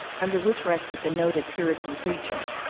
under which rested the noted puritan preacher.